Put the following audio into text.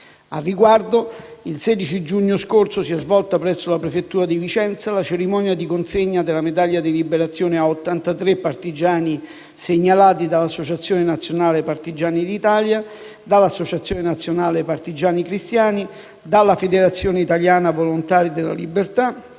Al riguardo, il 16 giugno scorso si è svolta presso la prefettura di Vicenza la cerimonia di consegna della medaglia della liberazione a 83 partigiani segnalati dall'Associazione nazionale partigiani d'Italia (ANPI), dall'Associazione nazionale partigiani cristiani (ANPC), dalla Federazione italiana volontari della libertà